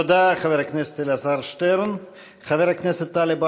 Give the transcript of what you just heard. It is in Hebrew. תודה, חבר הכנסת אלעזר שטרן.